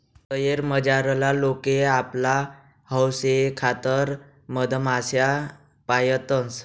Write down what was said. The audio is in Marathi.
शयेर मझारला लोके आपला हौशेखातर मधमाश्या पायतंस